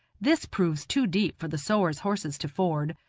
this proves too deep for the sowars' horses to ford,